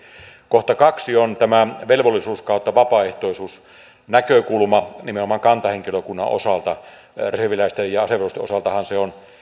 kohta kaksi on tämä velvollisuus vapaaehtoisuus näkökulma nimenomaan kantahenkilökunnan osalta reserviläisten ja asevelvollisten osaltahan se on